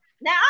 Now